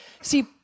See